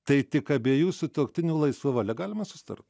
tai tik abiejų sutuoktinių laisva valia galima susitart